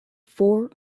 four